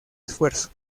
esfuerzo